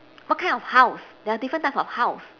what kind of house there are different types of house